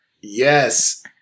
Yes